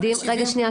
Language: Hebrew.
שנייה,